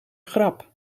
grap